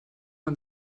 man